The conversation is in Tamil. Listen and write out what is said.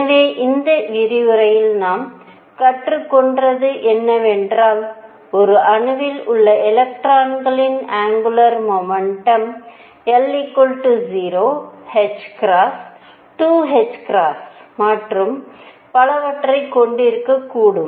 எனவே இந்த விரிவுரையில் நாம் கற்றுக்கொண்டது என்னவென்றால் ஒரு அணுவில் உள்ள எலக்ட்ரானின் ஆங்குலர் முமெண்டம் l 0 2 மற்றும் பலவற்றைக் கொண்டிருக்கக்கூடும்